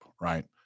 right